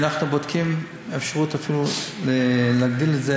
אנחנו בודקים אפשרות אפילו להגדיל את זה,